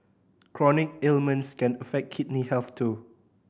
chronic ailments can affect kidney health too